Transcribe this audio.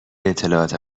اطلاعات